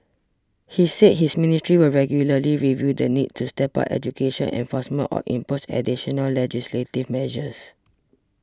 he said his ministry will regularly review the need to step up education enforcement or impose additional legislative measures